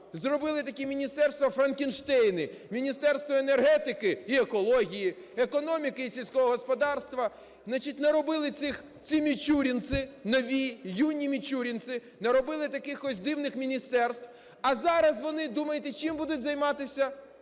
зробили такі "міністерства-франкенштейни": Міністерство енергетики і екології, економіки і сільського господарства. Значить, наробили цих ці мічурінці нові, юні мічурінці наробили таких ось дивних міністерств. А зараз вони, думаєте, чим будуть займатися?